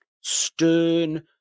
Stern